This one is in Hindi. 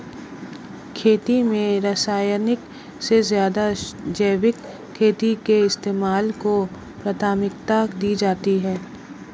खेती में रासायनिक से ज़्यादा जैविक खेती के इस्तेमाल को प्राथमिकता दी जाती है